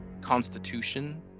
constitution